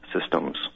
systems